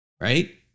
right